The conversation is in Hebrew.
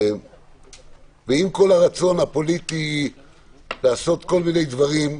עם כל הרצון הפוליטי לעשות כל מיני דברים,